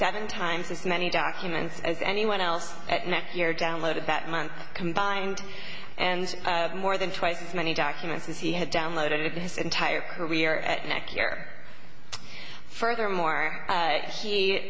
seven times as many documents as anyone else at next year downloaded that month combined and more than twice as many documents as he had downloaded in his entire career at next year furthermore she